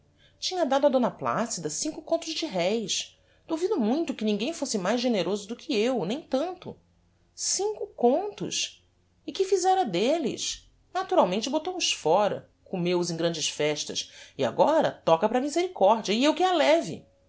tinha dado a d placida cinco contos de réis duvido muito que ninguem fosse mais generoso do que eu nem tanto cinco contos e que fizera delles naturalmente botou os fóra comeu os em grandes festas e agora toca para a misericordia e eu que a leve